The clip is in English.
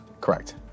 Correct